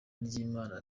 ry’imana